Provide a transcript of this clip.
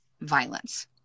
violence